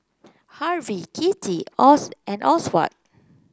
Harvie Kitty and Oswald